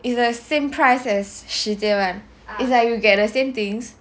is the same price Shi Jian [one] is that you get the same things